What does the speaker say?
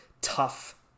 tough